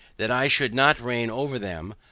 that i should not reign over them.